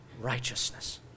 Righteousness